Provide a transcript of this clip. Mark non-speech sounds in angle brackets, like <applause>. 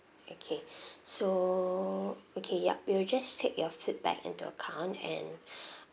okay <breath> so okay yup we will just take your feedback into account and <breath>